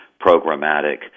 programmatic